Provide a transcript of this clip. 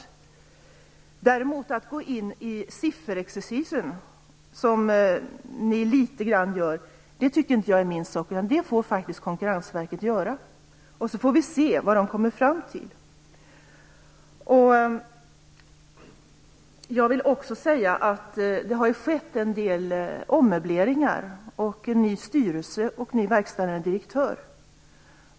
Att däremot gå in i sifferexercisen, som ni gör litet grand, tycker jag inte är min sak. Det får faktiskt Konkurrensverket göra. Sedan får vi se vad man kommer fram till. Jag vill också säga att det har skett en del ommöbleringar här. Man har fått en ny styrelse och ny verkställande direktör.